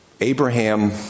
Abraham